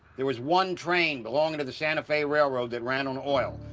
there was one train belonging to the santa fe railroad that ran on oil.